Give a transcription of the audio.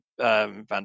van